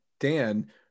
Dan